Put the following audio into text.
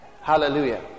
Hallelujah